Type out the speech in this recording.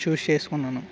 choose చేసుకున్నాను